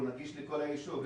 הוא נגיש לכל היישוב.